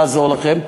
לעזור לכם,